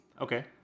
Okay